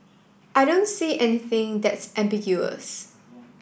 I don't see anything that's ambiguous